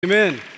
Amen